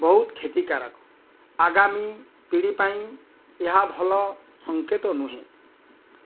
ବହୁତ କ୍ଷତିକାରକ ଆଗାମୀ ପିଢ଼ି ପାଇଁ ଏହା ଭଲ ସଙ୍କେତ ନୁହେଁ